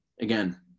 Again